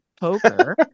Poker